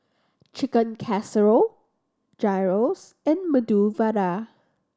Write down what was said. Chicken Casserole Gyros and Medu Vada